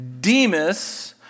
Demas